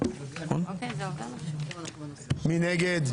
מי נגד?